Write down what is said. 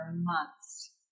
months